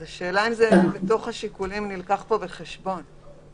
אז השאלה אם זה נלקח בחשבון בתוך השיקולים.